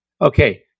Okay